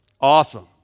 Awesome